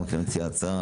שגם היא מציעת ההצעה,